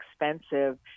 expensive